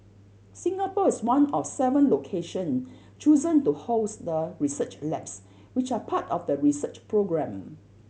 Singapore is one of seven location chosen to host the research labs which are part of the research programme